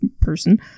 person